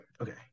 okay